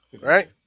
Right